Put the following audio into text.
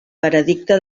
veredicte